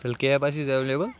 تیٚلہِ کیب آسہِ حٕظ ایویلیبل